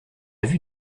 vue